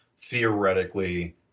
theoretically